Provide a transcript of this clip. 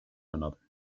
another